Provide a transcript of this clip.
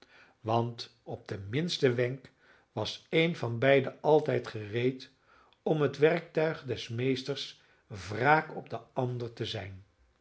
want op den minsten wenk was een van beiden altijd gereed om het werktuig des meesters wraak op den ander te zijn